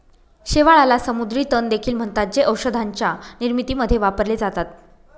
शेवाळाला समुद्री तण देखील म्हणतात, जे औषधांच्या निर्मितीमध्ये वापरले जातात